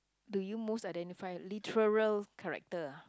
do you most identify literal character ah